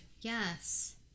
Yes